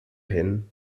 hin